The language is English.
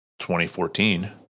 2014